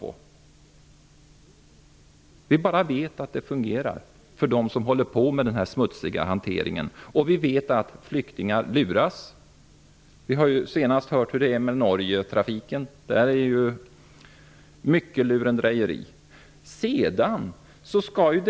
Vi vet bara att det fungerar för dem som håller på med den här smutsiga hanteringen. Vi vet att flyktingar blir lurade, att det är fråga om mycket lurendrejeri. Vi hörde senast talas om trafiken till Norge.